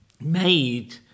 made